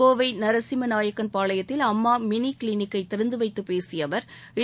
கோவை நரசிம்மன்நாயக்கன்பாளையத்தில் அம்மா மினி கிளினிக்கை திறந்துவைத்து பேசிய அவா்